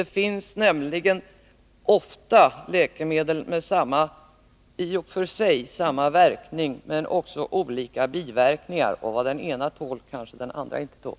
Det finns nämligen ofta läkemedel med i och för sig samma verkan men med olika biverkningar, och vad den ene tål kanske den andre inte tål.